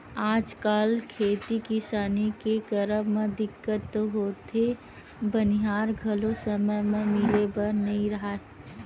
आजकल खेती किसानी के करब म दिक्कत तो होथे बनिहार घलो समे म मिले बर नइ धरय